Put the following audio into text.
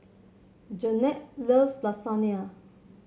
Jannette loves Lasagne